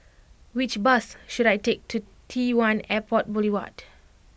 which bus should I take to T One Airport Boulevard